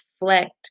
reflect